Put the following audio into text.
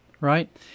Right